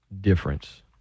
difference